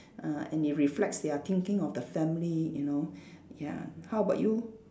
uh and it reflects their thinking of the family you know ya how about you